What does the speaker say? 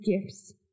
gifts